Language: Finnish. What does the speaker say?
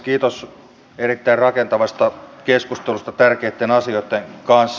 kiitos erittäin rakentavasta keskustelusta tärkeitten asioitten kanssa